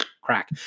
crack